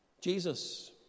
Jesus